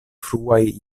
fruaj